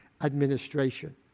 administration